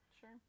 Sure